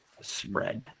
spread